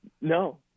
No